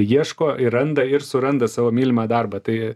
ieško ir randa ir suranda savo mylimą darbą tai